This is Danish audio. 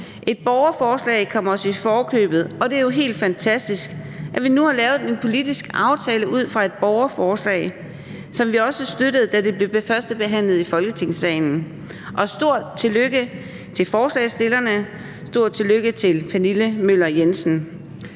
Et borgerforslag kom os i forkøbet, og det er jo helt fantastisk, at vi nu har lavet en politisk aftale ud fra et borgerforslag, som vi også støttede, da det blev førstebehandlet i Folketingssalen. Stort tillykke til forslagsstillerne, stort tillykke til Pernille Møller Jensen.